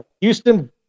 Houston